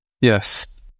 Yes